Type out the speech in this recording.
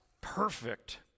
perfect